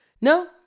No